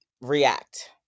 react